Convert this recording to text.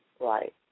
Right